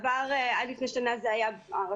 בעבר, עד לפני שנה, זאת הייתה הרשות.